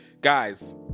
guys